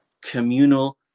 communal